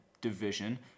division